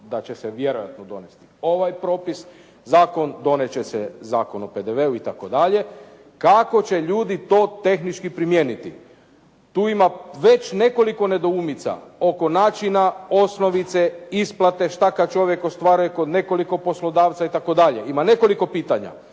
da će se vjerojatno donesti ovaj propis, zakon donijet će se Zakon o PDV-u itd. Kako će ljudi to tehnički primijeniti? Tu ima već nekoliko nedoumica oko načina, osnovice, isplate, šta kad čovjek ostvaruje kod nekoliko poslodavaca itd. Ima nekoliko pitanja.